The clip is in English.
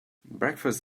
breakfast